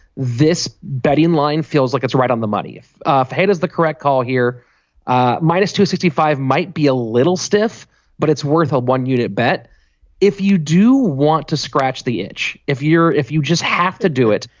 this betting line feels like it's right on the money if if he does the correct call here minus two hundred and sixty five might be a little stiff but it's worth a one unit bet if you do want to scratch the itch if you're if you just have to do it.